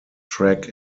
track